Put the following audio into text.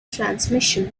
transmission